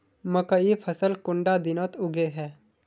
मकई फसल कुंडा दिनोत उगैहे?